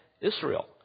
Israel